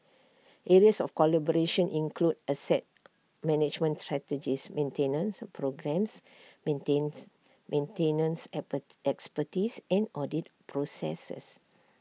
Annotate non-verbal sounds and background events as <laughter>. <noise> areas of collaboration include asset management strategies maintenance programmes maintenance expertise and audit processes